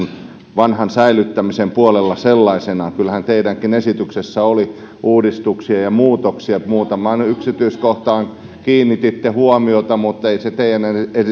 vanhan säilyttämisen puolella sellaisenaan kyllähän teidänkin esityksessänne oli uudistuksia ja muutoksia muutamaan yksityiskohtaan kiinnititte huomiota mutta ei se teidänkään